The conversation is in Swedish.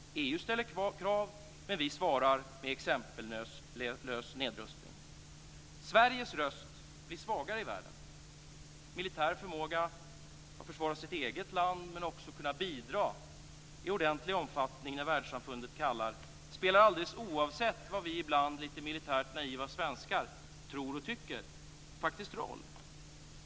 EU ställer krav, men vi svarar med exempellös nedrustning. Sveriges röst i världen blir svagare. Militär förmåga att försvara sitt eget land men också att kunna bidra i ordentlig omfattning när världssamfundet kallar spelar, alldeles oavsett vad vi ibland lite militärt naiva svenskar tror och tycker, faktiskt roll.